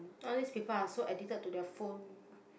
all these people are so addicted to their phone